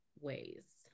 ways